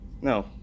No